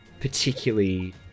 particularly